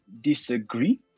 disagree